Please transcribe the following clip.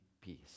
peace